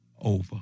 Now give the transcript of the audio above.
over